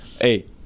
hey